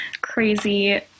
crazy